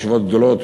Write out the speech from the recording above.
לישיבות גדולות,